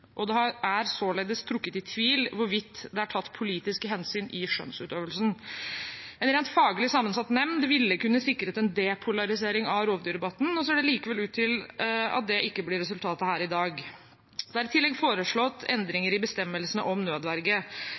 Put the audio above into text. og det er således trukket i tvil hvorvidt det er tatt politiske hensyn i skjønnsutøvelsen. En rent faglig sammensatt nemnd ville kunne sikret en depolarisering av rovdyrdebatten. Nå ser det likevel ut til at det ikke blir resultatet her i dag. Det er i tillegg foreslått endringer i bestemmelsene om